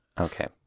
okay